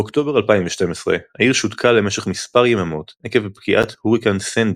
באוקטובר 2012 העיר שותקה למשך מספר יממות עקב פגיעת הוריקן סנדי,